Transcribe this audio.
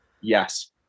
Yes